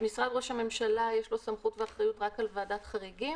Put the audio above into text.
משרד ראש הממשלה יש לו סמכות ואחריות רק על ועדת חריגים